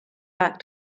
back